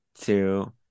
two